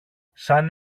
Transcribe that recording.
σαν